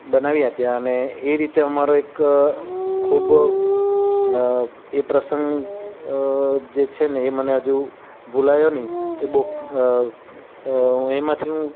બનાવી આપ્યા અને એ રીતે અમારો એક ખૂબ એ પ્રસંગ જે છે ને એ મને હજુ ભુલાયો નહીં એ બહુ એમાંથી હું